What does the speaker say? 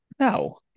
No